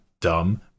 dumb